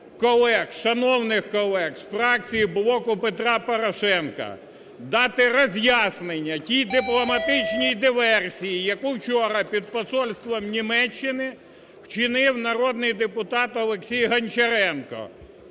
шановних колеги з фракції "Блоку Петра Порошенка", дати роз'яснення тій дипломатичній диверсії, яку вчора під посольством Німеччини вчинив народний депутат Олексій Гончаренко.